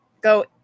go